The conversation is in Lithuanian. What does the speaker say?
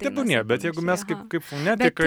tebūnie bet jeigu mes kaip kaip fonetikai